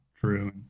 true